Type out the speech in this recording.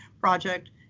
project